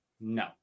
No